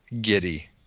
giddy